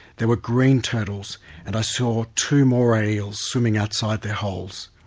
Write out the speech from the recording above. there were green turtles and i saw two moray eels swimming outside their holes.